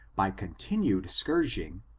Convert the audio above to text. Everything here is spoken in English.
by continued scourging,